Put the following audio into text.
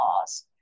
laws